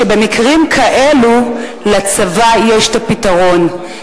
שבמקרים כאלה לצבא יש הפתרון.